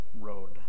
road